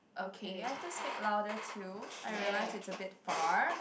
okay you have to speak louder to I realise it's a bit far